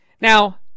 Now